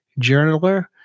journaler